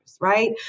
right